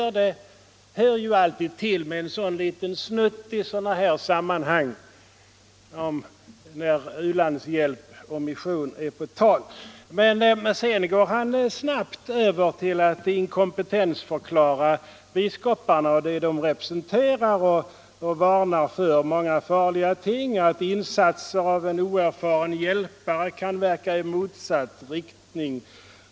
Men det hör ju alltid till med en sådan deklaration i sådana här sammanhang när u-landshjälp och mission kommer på tal. Sedan gick herr Nilsson dock snabbt över till att inkompetensförklara biskoparna och underkänna det som de representerar, samtidigt som han varnade för många farliga ting, t.ex. att insatser av ”en oerfaren hjälpare kan verka i motsatt riktning”.